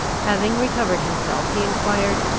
having recovered himself, he enquired,